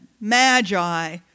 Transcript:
magi